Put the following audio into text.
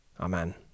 Amen